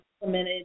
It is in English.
implemented